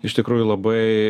iš tikrųjų labai